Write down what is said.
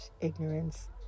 ignorance